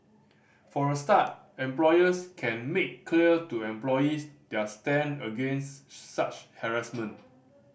for a start employers can make clear to employees their stand against such harassment